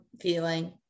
feeling